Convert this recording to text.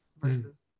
versus